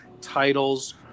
titles